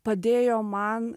padėjo man